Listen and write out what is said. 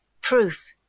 proof